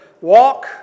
walk